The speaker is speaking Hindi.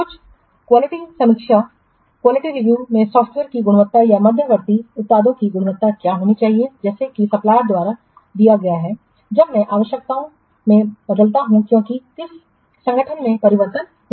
कुछ गुणवत्ता समीक्षा में सॉफ्टवेयर की गुणवत्ता या मध्यवर्ती उत्पादों की गुणवत्ता क्या होनी चाहिए जैसा कि सप्लायर्सद्वारा दिया गया है जब मैं आवश्यकताओं में बदलता हूं क्योंकि किस संगठन में परिवर्तन होना चाहिए